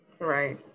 Right